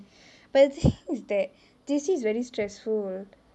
but the thing is that J_C is very stressful